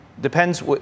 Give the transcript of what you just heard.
Depends